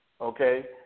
Okay